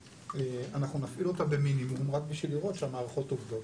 אנחנו נפעיל אותה במינימום רק בשביל לראות שהמערכות עובדות,